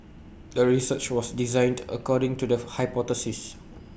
the research was designed according to the hypothesis